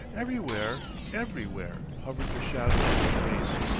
everywhere, everywhere, hovers the shadow of the police.